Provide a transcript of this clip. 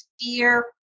fear